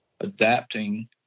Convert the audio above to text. adapting